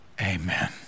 amen